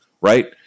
right